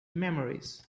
memories